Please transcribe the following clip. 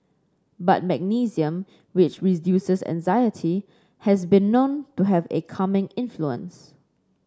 but magnesium which reduces anxiety has been known to have a calming influence